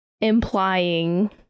implying